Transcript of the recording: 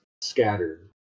scattered